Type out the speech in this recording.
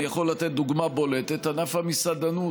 אני יכול לתת דוגמה בולטת: ענף המסעדנות.